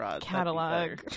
catalog